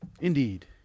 Indeed